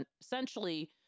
essentially